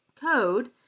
code